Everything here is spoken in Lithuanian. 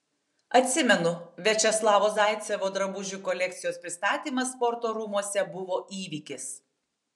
atsimenu viačeslavo zaicevo drabužių kolekcijos pristatymas sporto rūmuose buvo įvykis